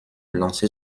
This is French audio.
lancer